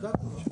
זו התשובה.